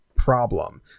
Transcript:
problem